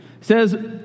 says